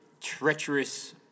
treacherous